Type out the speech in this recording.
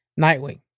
Nightwing